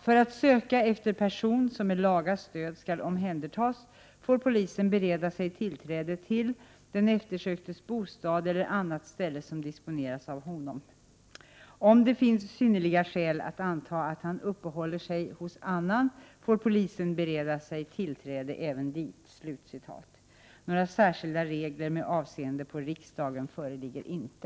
”För att söka efter person som med laga stöd skall omhändertas får polisen bereda sig tillträde till den eftersöktes bostad eller annat ställe som disponeras av honom. Om det finns synnerliga skäl anta att han uppehåller sig hos annan får polisen bereda sig tillträde även dit.” Några särskilda regler med avseende på riksdagen föreligger inte.